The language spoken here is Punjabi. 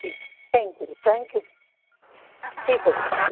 ਠੀਕ ਥੈਂਕ ਯੂ ਜੀ ਥੈਂਕ ਯੂ ਠੀਕ ਹੈ ਜੀ ਠੀਕ